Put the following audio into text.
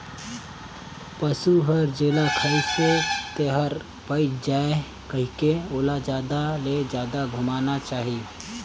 पसु हर जेला खाइसे तेहर पयच जाये कहिके ओला जादा ले जादा घुमाना चाही